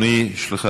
אדוני, יש לך